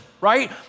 right